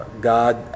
God